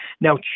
Now